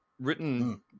written